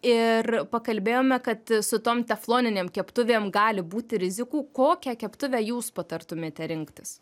ir pakalbėjome kad su tom tefloninėm keptuvėm gali būti rizikų kokią keptuvę jūs patartumėte rinktis